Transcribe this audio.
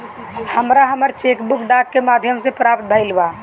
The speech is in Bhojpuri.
हमरा हमर चेक बुक डाक के माध्यम से प्राप्त भईल बा